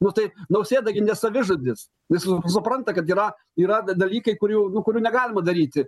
nu tai nausėda gi ne savižudis nes supranta kad yra yra da dalykai kurių nu kurių negalima daryti